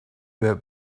were